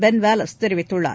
pen Wallace தெரிவித்துள்ளார்